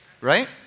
right